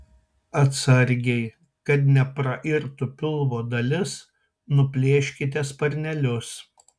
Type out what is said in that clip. atsargiai kad neprairtų pilvo dalis nuplėškite sparnelius